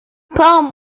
palm